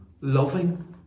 loving